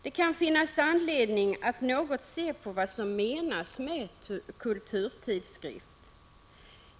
Det kan finnas anledning att se på vad som menas med kulturtidskrift.